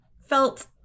felt